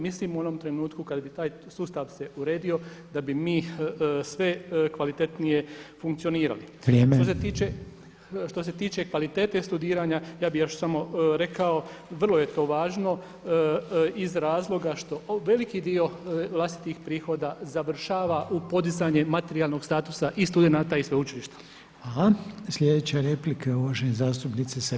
Mislim u onom trenutku kad bi taj sustav se uredio da bi mi sve kvalitetnije funkcionirali [[Upadica Reiner: Vrijeme.]] Što se tiče kvalitete studiranja ja bih još samo rekao vrlo je to važno iz razloga što veliki dio vlastitih prihoda završava u podizanje materijalnog statusa i studenata i sveučilišta.